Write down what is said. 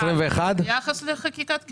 ביחס לחקיקת קבע.